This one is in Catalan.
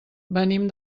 venim